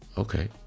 Okay